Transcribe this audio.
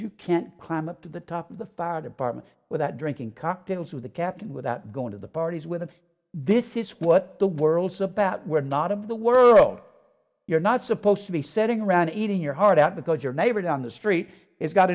you can't climb up to the top of the fire department without drinking cocktails with the captain without going to the parties with this is what the world's about we're not of the world you're not supposed to be sitting around eating your heart out because your neighbor down the street is got